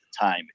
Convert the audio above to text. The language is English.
time